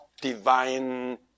divine